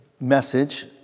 message